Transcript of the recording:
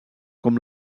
com